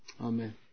Amen